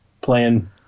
playing